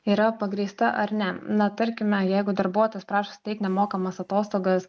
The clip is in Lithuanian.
yra pagrįsta ar ne na tarkime jeigu darbuotojas prašo suteikt nemokamas atostogas